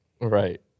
Right